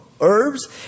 herbs